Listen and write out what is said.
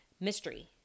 mystery